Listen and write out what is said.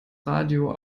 radio